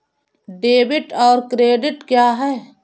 Debit और credit क्या है?